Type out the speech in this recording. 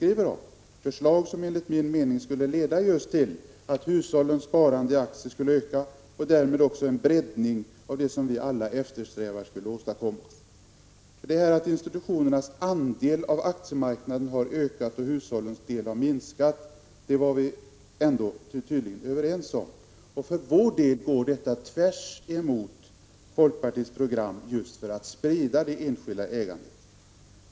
Det är förslag som enligt min mening skulle leda till att hushållssparandet i aktier ökar och därmed den breddning som vi alla eftersträvar åstadkoms. Att institutionernas andel av aktiemarknaden har ökat och hushållens andel minskat är vi tydligen överens om. Detta går på tvärs med folkpartiets program för att sprida det enskilda ägandet.